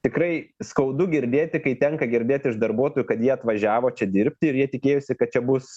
tikrai skaudu girdėti kai tenka girdėti iš darbuotojų kad jie atvažiavo čia dirbt ir jie tikėjosi kad čia bus